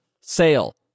Sale